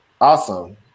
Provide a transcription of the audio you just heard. awesome